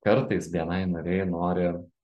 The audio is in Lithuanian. kartais bni nariai nori